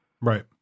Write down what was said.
Right